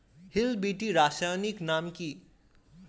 Hill বিটি রাসায়নিক নাম কি?